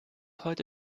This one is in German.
heute